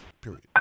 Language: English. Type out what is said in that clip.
Period